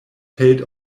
held